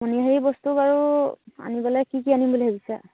মনিহাৰী বস্তু বাৰু আনি পলাই কি কি আনিম বুলি ভাবিছা